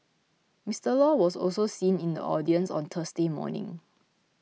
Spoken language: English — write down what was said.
Mister Law was also seen in the audience on Thursday morning